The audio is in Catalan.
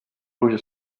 pluja